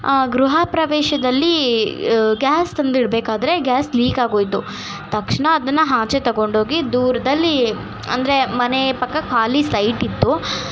ಗೃಹಪ್ರವೇಶದಲ್ಲಿ gas ತಂದಿಡಬೇಕಾದ್ರೆ gas leak ಆಗೋಯಿತು ತಕ್ಷಣ ಅದನ್ನು ಆಚೆ ತಗೊಂಡೋಗಿ ದೂರದಲ್ಲಿ ಅಂದರೆ ಮನೆ ಪಕ್ಕ ಖಾಲಿ ಸೈಟಿತ್ತು